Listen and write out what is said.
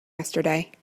yesterday